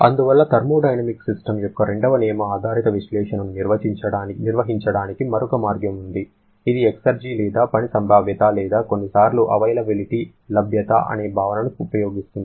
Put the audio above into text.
అందువల్ల thermodynamic systems యొక్క రెండవ నియమ ఆధారిత విశ్లేషణను నిర్వహించడానికి మరొక మార్గం ఉంది ఇది ఎక్సర్జి లేదా పని సంభావ్యత లేదా కొన్నిసార్లు అవైలబిలిటీ లభ్యత అనే భావనను ఉపయోగిస్తుంది